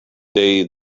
day